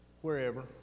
wherever